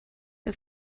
que